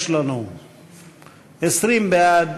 בקריאה שנייה יש לנו 20 בעד,